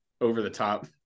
over-the-top